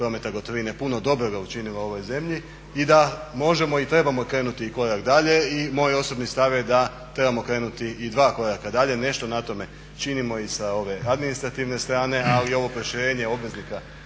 prometa gotovine puno dobroga učinila ovoj zemlji i da možemo i trebamo krenuti korak dalje. I moj osobni stav he da trebamo krenuti i dva koraka dalje, nešto na tome činimo i sa ove administrativne strane. Ali i ovo proširenje obveznika